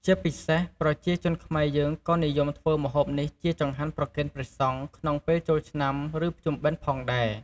ជាពិសេស ប្រជាជនខ្មែរយើងក៏និយមធ្វើម្ហូបនេះជាចង្ហាន់ប្រគេនព្រះសង្ឃក្នុងពេលចូលឆ្នាំ ឬ ភ្ជុំបិណ្ឌផងដែរ។